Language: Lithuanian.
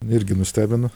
irgi nustebino